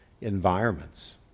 environments